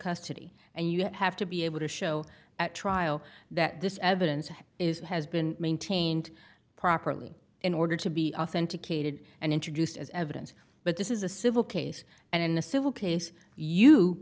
custody and you have to be able to show at trial that this evidence is has been maintained properly in order to be authenticated and introduced as evidence but this is a civil case and in a civil case you